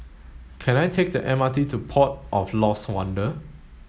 can I take the M R T to Port of Lost Wonder